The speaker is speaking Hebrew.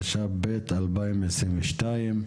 התשפ"ב-2022?